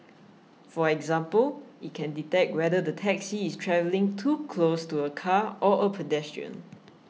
for example it can detect whether the taxi is travelling too close to a car or a pedestrian